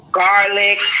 garlic